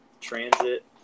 transit